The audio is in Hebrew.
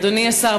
אדוני השר,